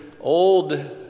old